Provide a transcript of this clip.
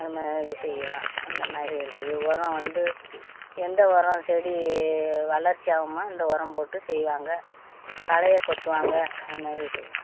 அதுமாதிரி செய்யலாம் அந்தமாதிரி இருக்குது உரம் வந்து எந்த உரம் செடி வளர்ச்சி ஆகுமா அந்த உரம் போட்டு செய்வாங்க களைய கொத்து வாங்க அதுமாதிரி செய்யலாங்க